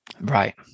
Right